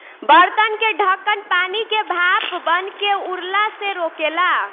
बर्तन के ढकन पानी के भाप बनके उड़ला से रोकेला